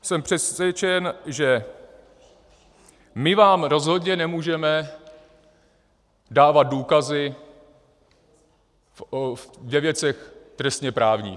Jsem přesvědčen, že my vám rozhodně nemůžeme dávat důkazy ve věcech trestněprávních.